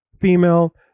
female